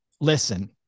listen